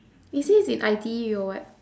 is this in I_T_E or what